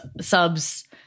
subs